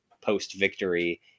post-victory